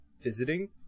visiting